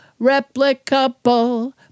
replicable